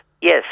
yes